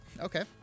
Okay